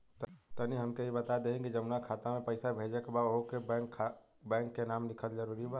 तनि हमके ई बता देही की जऊना खाता मे पैसा भेजे के बा ओहुँ बैंक के नाम लिखल जरूरी बा?